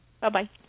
Bye-bye